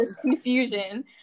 confusion